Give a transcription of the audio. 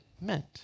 meant